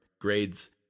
grades